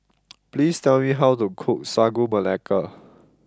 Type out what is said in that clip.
please tell me how to cook Sagu Melaka